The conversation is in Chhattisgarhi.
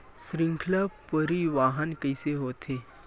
श्रृंखला परिवाहन कइसे होथे?